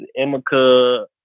Emeka